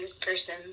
person